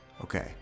Okay